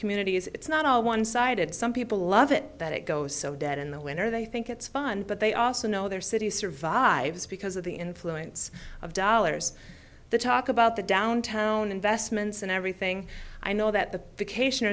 communities it's not all one sided some people love it that it goes so dead in the winter they think it's fun but they also know their city survives because of the influence of dollars the talk about the downtown investments and everything i know that the cation